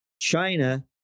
China